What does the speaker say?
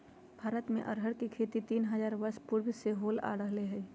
भारत में अरहर के खेती तीन हजार वर्ष पूर्व से होल आ रहले हइ